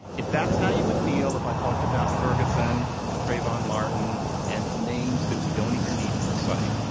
if that's how you would feel if i talked about ferguson and trayvon martin and names that we don't even need to recite,